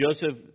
Joseph